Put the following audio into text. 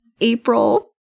April